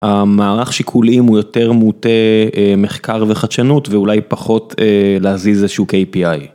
המערך שיקולים הוא יותר מוטה מחקר וחדשנות ואולי פחות להזיז איזשהו kpi